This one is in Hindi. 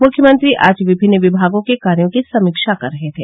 मुख्यमंत्री आज विभिन्न विभागों के कार्यो की समीक्षा कर रहे थे